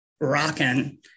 rocking